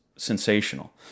sensational